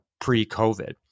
pre-COVID